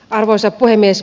arvoisa puhemies